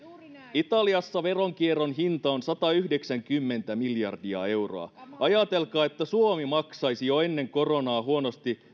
italiassa veronkierron hinta on satayhdeksänkymmentä miljardia euroa ajatelkaa että suomi maksaisi jo ennen koronaa talouttaan huonosti